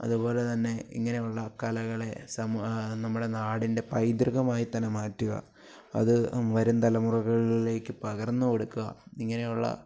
അതുപോലെ തന്നെ ഇങ്ങനെയുള്ള കലകളെ സമ നമ്മുടെ നാടിൻ്റെ പൈതൃകമായി തന്നെ മാറ്റുക അത് വരും തലമുറകളിലേക്ക് പകർന്ന് കൊടുക്കുക ഇങ്ങനെയുള്ള